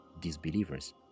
disbelievers